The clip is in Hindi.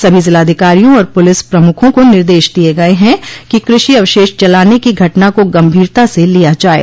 सभी जिलाधिकारियों और पुलिस प्रमुखों को निर्देश दिये गये हैं कि कृषि अवशेष जलाने की घटना को गंभीरता से लिया जाये